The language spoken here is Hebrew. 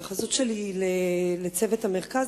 ההתייחסות שלי היא לצוות המרכז,